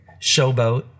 Showboat